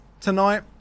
tonight